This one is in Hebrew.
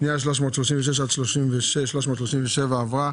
פנייה 336 עד 337 עברה.